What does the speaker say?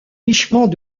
richement